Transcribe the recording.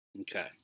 Okay